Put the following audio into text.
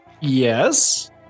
yes